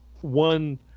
one